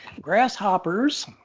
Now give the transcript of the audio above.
Grasshoppers